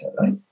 right